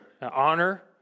honor